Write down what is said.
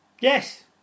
Yes